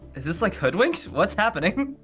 is this like hoodwinked? what's happening?